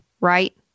right